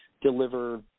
deliver